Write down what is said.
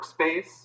workspace